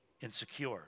insecure